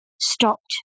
stopped